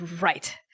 right